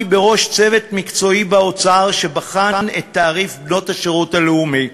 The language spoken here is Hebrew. בראש צוות מקצועי באוצר שבחן את תעריף בנות השירות הלאומי.